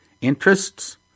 Interests